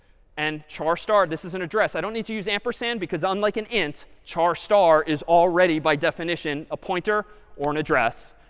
and char star this is an address i don't need to use ampersand because unlike an int, char star is already, by definition, a pointer or an address.